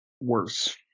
Worse